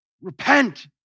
Repent